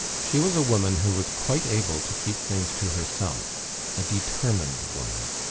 she was a woman who was quite able to keep things to herself a determined woman.